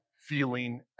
feeling